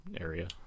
area